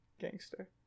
gangster